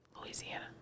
louisiana